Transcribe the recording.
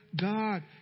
God